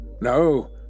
No